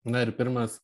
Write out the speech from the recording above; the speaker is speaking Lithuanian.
na ir pirmas